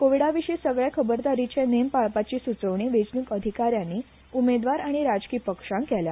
कोविडाविशी सगले खबरदारीचे नेम पाळपाची सुचोवणी वेचणूक अधिका यानी उमेदवार आनी राजकी पक्षांक केल्या